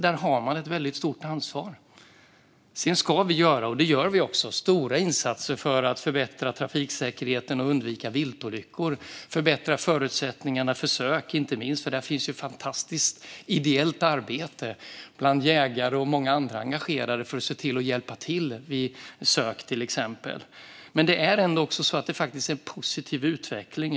Man har alltså ett väldigt stort ansvar. Vi ska göra - och vi gör - stora insatser för att förbättra trafiksäkerheten, undvika viltolyckor och inte minst förbättra förutsättningarna för sök. Det utförs ett fantastiskt ideellt arbete bland jägare och många andra engagerade för att se till att hjälpa till vid exempelvis sök. Men det sker också en positiv utveckling.